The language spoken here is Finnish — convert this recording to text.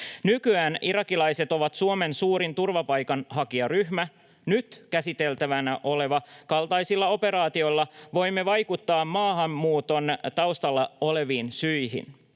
Nykyään irakilaiset ovat Suomen suurin turvapaikanhakijaryhmä. Nyt käsiteltävänä olevan kaltaisilla operaatioilla voimme vaikuttaa maahanmuuton taustalla oleviin syihin.